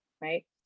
right